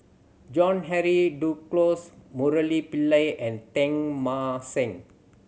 John Henry Duclos Murali Pillai and Teng Mah Seng